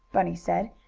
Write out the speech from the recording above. bunny said,